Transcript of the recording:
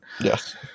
Yes